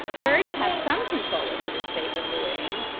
birds have some control over the shape of the wing.